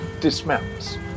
dismounts